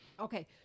Okay